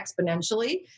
exponentially